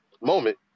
moment